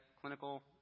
clinical